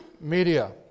media